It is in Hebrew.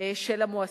של המועסקים.